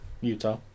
Utah